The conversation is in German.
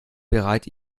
bereit